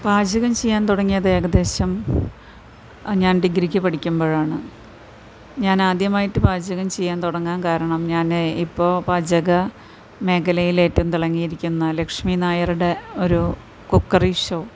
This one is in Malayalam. പാചകം ചെയ്യാൻ തുടങ്ങിയത് ഏകദേശം ഞാൻ ഡിഗ്രിക്ക് പഠിക്കുബോഴാണ് ഞാനാദ്യമായിട്ട് പാചകം ചെയ്യാൻ തുടങ്ങാൻ കാരണം ഞാൻ ഇപ്പോൾ പാചക മേഖലയിൽ ഏറ്റവും തിളങ്ങിയിരിക്കുന്ന ലക്ഷ്മി നായരുടെ ഒരു കുക്കറി ഷോ